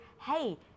hey